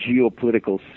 geopolitical